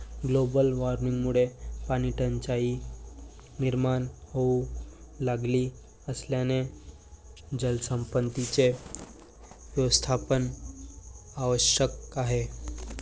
global वॉर्मिंगमुळे पाणीटंचाई निर्माण होऊ लागली असल्याने जलसंपत्तीचे व्यवस्थापन आवश्यक आहे